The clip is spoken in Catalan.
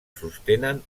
sostenen